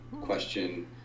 question